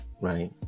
Right